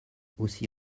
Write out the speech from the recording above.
aussi